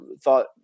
thought